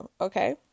okay